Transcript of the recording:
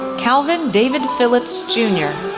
calvin david phillips jr,